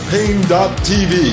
Pain.tv